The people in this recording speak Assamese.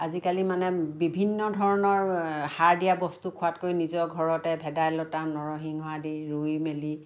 আজিকালি মানে বিভিন্ন ধৰণৰ সাৰ দিয়া বস্তু খোৱাতকৈ নিজৰ ঘৰতে ভেদাইলতা নৰসিংহ আদি ৰুই মেলি